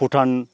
Bhutan